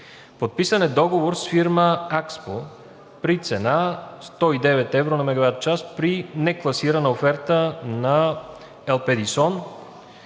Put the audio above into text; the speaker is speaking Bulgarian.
Подписан е договор с фирма „Акспо“ при цена 109 евро за мегаватчас, при некласирана оферта на „Елпедисон“